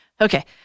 okay